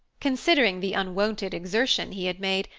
considering the unwonted exertion he had made,